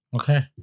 Okay